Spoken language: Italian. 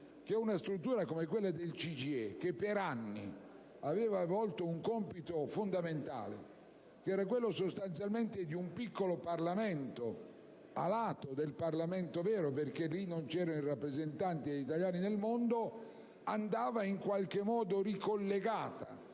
che una struttura come quella del CGIE, che per anni aveva svolto un compito fondamentale, assimilabile a quello di un piccolo Parlamento a lato del Parlamento vero, perché lì non c'erano i rappresentanti degli italiani nel mondo, andava in qualche modo ricollegata